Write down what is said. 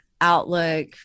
Outlook